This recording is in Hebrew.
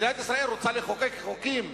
מדינת ישראל רוצה לחוקק חוקים,